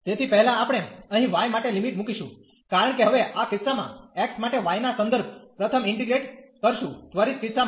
તેથી પહેલા આપણે અહીં y માટે લિમિટ મૂકીશું કારણ કે હવે આ કિસ્સામાં x માટે y ના સંદર્ભ પ્રથમ ઇન્ટીગ્રેટ કરશું ત્વરીત કિસ્સા માટે